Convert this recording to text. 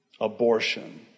abortion